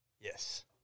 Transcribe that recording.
Yes